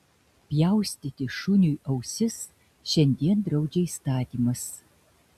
pjaustyti šuniui ausis šiandien draudžia įstatymas